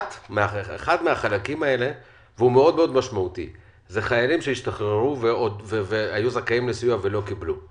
אחד מהחלקים האלה זה חיילים שהשתחררו ולא קיבלו את הסיוע.